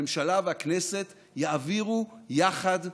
הממשלה והכנסת יעבירו יחד תקציב.